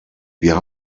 wir